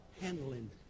handling